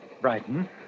Brighton